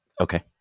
Okay